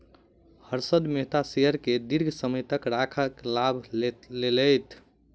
Harshad Mehta share के दीर्घ समय तक राइख के लाभ लेलैथ